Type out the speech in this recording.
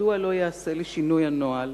מדוע לא ייעשה לשינוי הנוהל